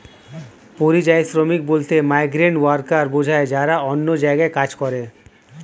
পরিযায়ী শ্রমিক বলতে মাইগ্রেন্ট ওয়ার্কার বোঝায় যারা অন্য জায়গায় কাজ করে